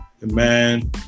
man